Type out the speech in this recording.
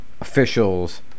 officials